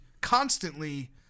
constantly